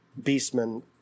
beastmen